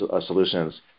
solutions